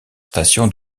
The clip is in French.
station